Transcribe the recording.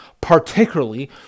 particularly